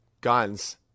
guns